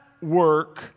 work